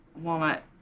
Walnut